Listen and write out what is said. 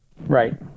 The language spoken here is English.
Right